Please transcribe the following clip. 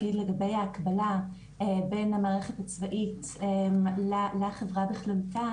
לגבי ההקבלה בין המערכת הצבאית לחברה בכללותה